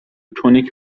تونیک